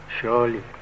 surely